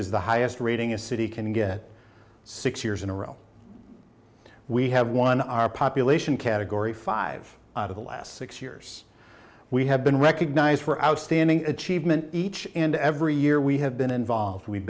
is the highest rating a city can get six years in a row we have won our population category five out of the last six years we have been recognized for outstanding achievement each and every year we have been involved we'